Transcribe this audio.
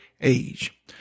age